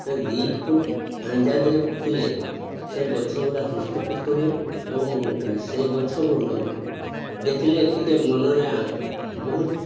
ଦି foot ଆଞ୍ଜାଦ୍ରେ ପୁତିଲେ ସେ ଗଛ ଗୁଡ଼ାକ ହୃଷ୍ଟ ପୃଷ୍ଟ ହୁଏ ଏବଂ ସେଇ ଗଛଗୁଡ଼ିକ ଦେଖିଲେ ଟିକେ ମନରେ ବହୁତ